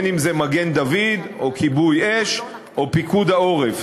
אם מגן-דוד או כיבוי אש או פיקוד העורף.